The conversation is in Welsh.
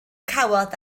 cawod